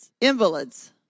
invalids